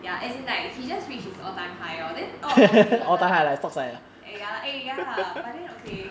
ya as like he just reach his all time high lor then all along he wanted like eh ya lah eh ya lah but then okay